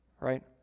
Right